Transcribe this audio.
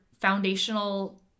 foundational